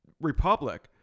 Republic